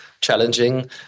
challenging